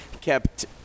kept